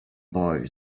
boy